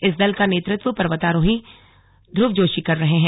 इस दल का नेतृत्व पर्वतारोही ध्रुव जोशी कर रहे हैं